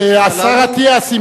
השר אטיאס,